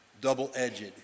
double-edged